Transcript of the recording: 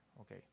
okay